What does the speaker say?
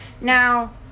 now